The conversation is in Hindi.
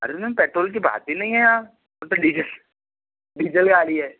अरे मैम पेट्रोल की बात ही नहीं है यहाँ हम तो डीजल डीजल गाड़ी है